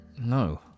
No